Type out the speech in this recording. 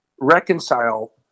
reconcile